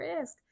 risk